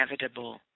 inevitable